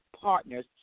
Partners